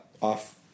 off